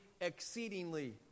exceedingly